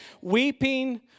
Weeping